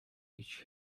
each